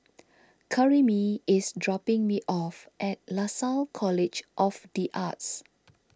Karyme is dropping me off at Lasalle College of the Arts